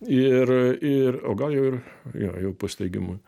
ir ir o gal jau ir jo jau po steigimo